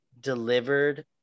delivered